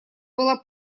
была